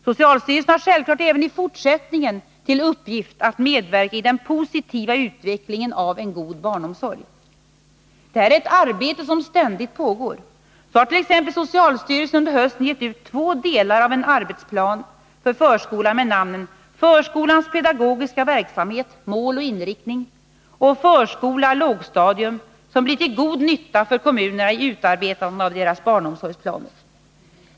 Socialstyrelsen har självfallet även i fortsättningen till uppgift att medverka i den positiva utvecklingen av en god barnomsorg. Detta är ett arbete som ständigt pågår. Så har t.ex. socialstyrelsen under hösten gett ut två delar av en arbetsplan för förskolan med namnen ”Förskolans pedagogiska verksamhet — mål och inriktning” och ”Förskola — lågstadium”, som blir till god nytta för kommunerna i utarbetandet av deras barnomsorgsplaner.